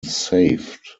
saved